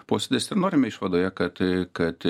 posėdis ir norime išvadoje kad kad